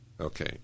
Okay